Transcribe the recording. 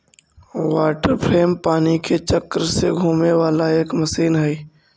water frame पानी के चक्र से घूमे वाला एक मशीन हई